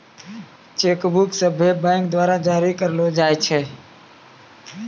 cheque book सभ्भे bank द्वारा जारी करलो जाय छै